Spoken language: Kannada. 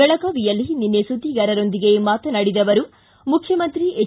ಬೆಳಗಾವಿಯಲ್ಲಿ ನಿನ್ನೆ ಸುದ್ದಿಗಾರರೊಂದಿಗೆ ಮಾತನಾಡಿದ ಅವರು ಮುಖ್ಯಮಂತ್ರಿ ಎಚ್